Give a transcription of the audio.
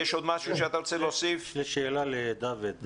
יש לי שאלה לדויד.